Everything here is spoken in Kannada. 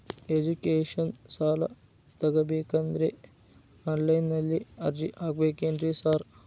ಎಜುಕೇಷನ್ ಸಾಲ ತಗಬೇಕಂದ್ರೆ ಆನ್ಲೈನ್ ನಲ್ಲಿ ಅರ್ಜಿ ಹಾಕ್ಬೇಕೇನ್ರಿ ಸಾರ್?